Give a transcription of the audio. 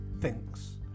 thinks